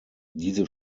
diese